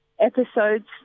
episodes